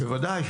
ודאי.